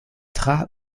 tra